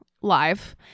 live